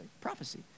prophecy